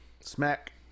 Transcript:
Smack